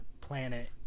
planet